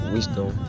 Wisdom